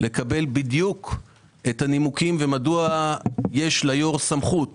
לקבל בדיוק את הנימוקים ומדוע יש ליו"ר סמכות